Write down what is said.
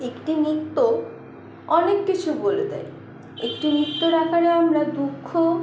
একটি নৃত্য অনেক কিছু বলে দেয় একটি নৃত্যর আকারে আমরা দুঃখ